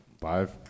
Five